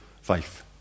faith